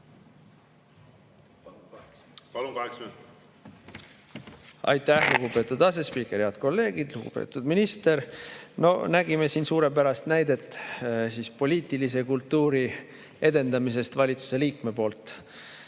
lükata. Aitäh, lugupeetud asespiiker! Head kolleegid! Lugupeetud minister! Nägime siin suurepärast näidet poliitilise kultuuri edendamisest valitsuse liikme poolt.